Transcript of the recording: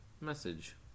message